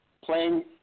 playing